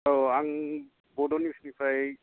औ आं बड' निउस निफ्राय